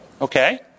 Okay